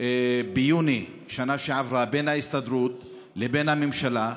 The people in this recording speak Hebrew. ביוני בשנה שעברה בין ההסתדרות לבין הממשלה.